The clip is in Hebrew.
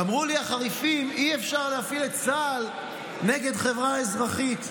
אמרו לי החריפים: אי-אפשר להפעיל את צה"ל נגד חברה אזרחית.